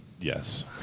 Yes